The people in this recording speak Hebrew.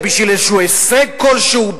בשביל איזה הישג כלשהו?